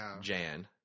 Jan